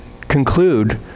conclude